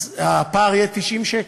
אז הפער יהיה 90 שקל.